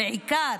בעיקר,